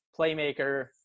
playmaker